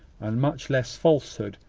and much less falsehood,